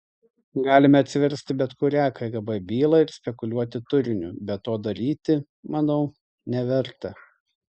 galime atsiversti bet kurią kgb bylą ir spekuliuoti turiniu bet to daryti manau neverta